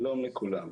שלום לכולם.